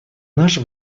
наш